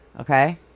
okay